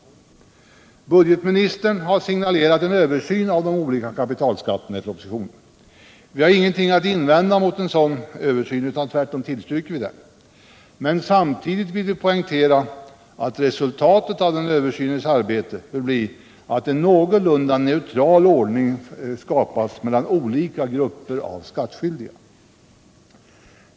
Budgetministern har i propositionen signalerat en översyn av de olika kapitalskatterna. Vi har ingenting att invända mot en sådan översyn utan tvärtom tillstyrker vi den. Men samtidigt vill vi poängtera att resultatet av den översynen bör bli att en någorlunda neutral ordning skapas mellan olika grupper av skattskyldiga.